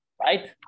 right